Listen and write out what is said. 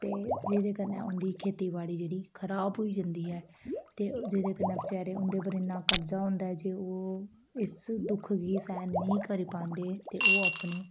ते जेह्दे कन्नै उंदी खेतीबाड़ी जेह्ड़ी खराब होई जंदी ऐ ते जेह्दे कन्नै बेचारे उं'दे पर इन्ना कर्जा होंदा ऐ जे ओह् इस दुक्ख गी सैह्न नेईं करी पांदे ते ओह् अपनी